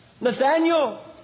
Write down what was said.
Nathaniel